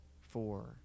four